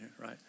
Right